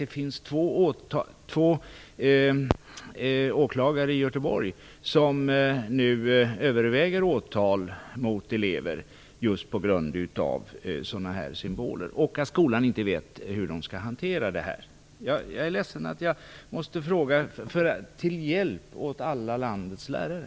Det finns åklagare i Göteborg som nu överväger åtal mot elever, just på grund av sådana symboler och på grund av att skolan inte vet hur man skall hantera det här. Jag är ledsen att jag måste fråga, men jag gör det till hjälp för alla landets lärare.